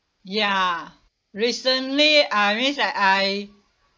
ya recently I means like I